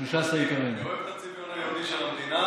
אני אוהב את הצביון היהודי של המדינה